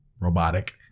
robotic